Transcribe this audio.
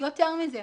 יותר מזה,